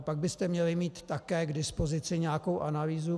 Pak byste měli mít také k dispozici nějakou analýzu.